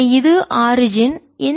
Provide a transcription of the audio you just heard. எனவே இது ஆரிஜின் தோற்றம்